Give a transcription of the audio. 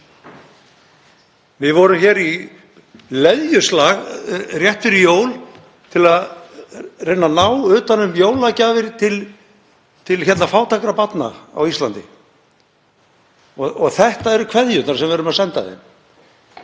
Við vorum í leðjuslag rétt fyrir jól til að reyna að ná utan um jólagjafir til fátækra barna á Íslandi og þetta eru kveðjurnar sem við erum að senda þeim.